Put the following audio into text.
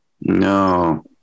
No